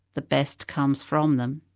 the best comes from them.